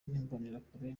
n’imbonerakure